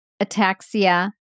ataxia